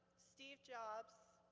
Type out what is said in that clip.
steve jobs,